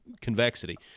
convexity